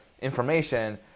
information